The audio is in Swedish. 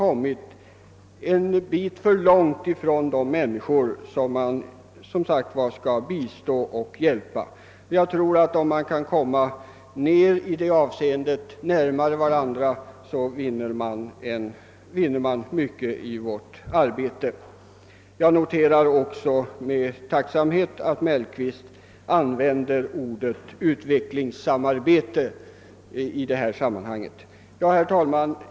Om u-landsarbetarna och de som skall bli hjälpta kunde komma varandra närmare skulle mycket vara vunnet. Därför noterar jag också med tacksamhet att herr Mellqvist i detta sammanhang använder ordet utvecklingssamarbete. Herr talman!